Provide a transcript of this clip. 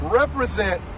represent